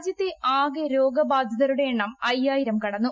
രാജ്യത്തെ ആകെ രോഗ ബാധിതരുടെ എണ്ണം അയ്യായിരം കടന്നു